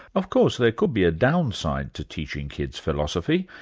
of course there could be a downside to teaching kids philosophy.